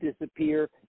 disappear